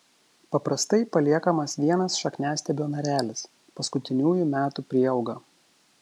paprastai paliekamas vienas šakniastiebio narelis paskutiniųjų metų prieauga